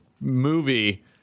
movie